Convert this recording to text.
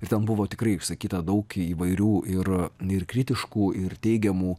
ir ten buvo tikrai išsakyta daug įvairių ir ir kritiškų ir teigiamų